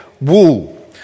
wool